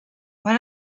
what